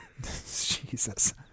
Jesus